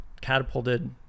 catapulted